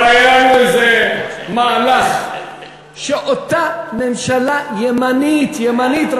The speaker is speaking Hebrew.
כבר היה לנו איזה מהלך שאותה ממשלה ימנית, ימנית,